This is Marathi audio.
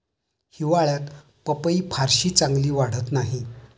हिवाळ्यात पपई फारशी चांगली वाढत नाही